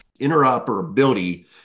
Interoperability